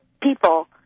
people